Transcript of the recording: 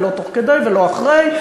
לא תוך כדי וגם לא אחרי.